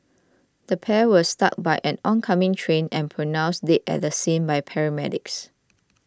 the pair were struck by an oncoming train and pronounced the scene by paramedics